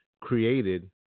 created